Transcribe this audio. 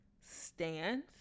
stance